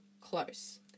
close